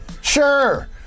Sure